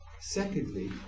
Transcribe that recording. secondly